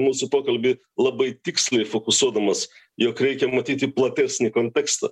mūsų pokalbį labai tiksliai fokusuodamas jog reikia matyti platesnį kontekstą